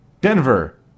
Denver